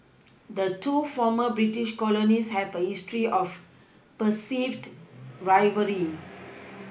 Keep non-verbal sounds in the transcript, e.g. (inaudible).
the two former British colonies have a history of perceived rivalry (noise)